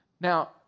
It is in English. Now